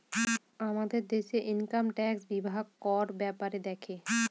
আমাদের দেশে income tax বিভাগ কর ব্যাপারে দেখে